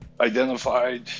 identified